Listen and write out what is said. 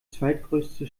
zweitgrößte